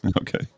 Okay